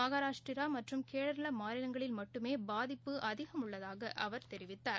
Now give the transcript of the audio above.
மகாராஷ்டிராமற்றம் கேரளமாநிலங்களில் மட்டுமேபாதிப்பு அதிகம் உள்ளதாகஅவர் தெரிவித்தார்